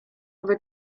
owe